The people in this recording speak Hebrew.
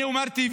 אני אמרתי,